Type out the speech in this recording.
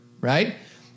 right